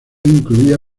incluía